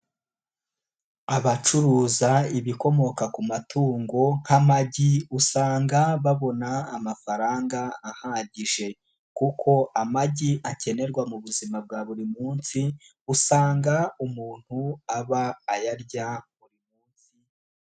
Abacuruza ibikomoka ku matungo nk'amagi usanga babona amafaranga ahagije kuko amagi akenerwa mu buzima bwa buri munsi, usanga umuntu aba ayarya buri munsi.